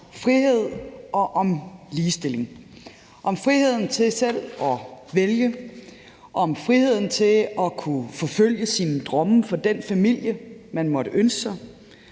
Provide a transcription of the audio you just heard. frihed og om ligestilling – om friheden til selv at vælge, om friheden til at kunne forfølge sine drømme om den familie, man måtte ønske sig